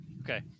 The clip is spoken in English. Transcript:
Okay